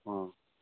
हॅं